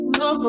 no